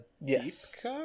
yes